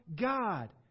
God